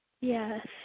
Yes